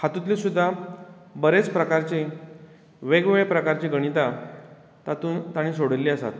हातुंतल्यो सुद्दा बरेंच प्रकारचें वेग वेगळे प्रकारचीं गणितां तातूंत ताणी सोडयिल्लीं आसात